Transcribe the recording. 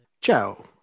Ciao